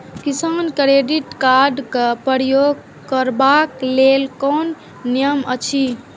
किसान credit card क प्रयोग करबाक लेल कोन नियम अछि?